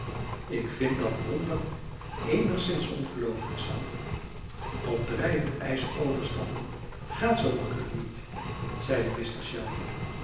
ik vind dat wonder eenigszins ongeloofelijk sam op drijvend ijs overstappen gaat zoo gemakkelijk niet zeide mr shelby